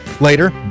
Later